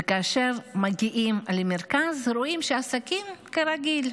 וכאשר מגיעים למרכז שרואים שעסקים כרגיל.